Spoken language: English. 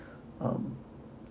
um